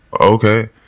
Okay